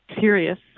serious